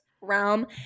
realm